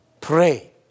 pray